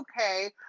okay